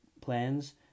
plans